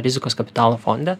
rizikos kapitalo fonde